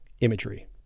imagery